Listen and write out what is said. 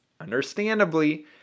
understandably